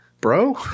bro